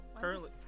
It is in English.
currently